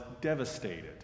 devastated